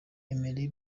emery